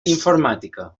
informàtica